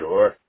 Sure